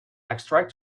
extract